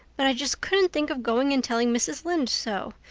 but i just couldn't think of going and telling mrs. lynde so.